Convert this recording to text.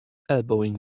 elbowing